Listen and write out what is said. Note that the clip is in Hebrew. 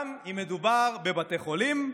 גם אם מדובר בבתי חולים,